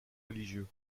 religieux